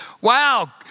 wow